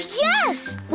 yes